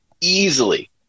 easily